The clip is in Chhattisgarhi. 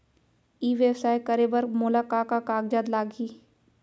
ई व्यवसाय करे बर मोला का का कागजात लागही?